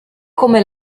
come